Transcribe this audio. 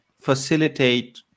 facilitate